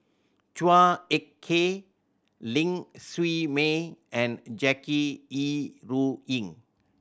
Chua Ek Kay Ling Siew May and Jackie Yi Ru Ying